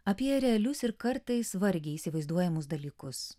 apie realius ir kartais vargiai įsivaizduojamus dalykus